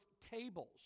tables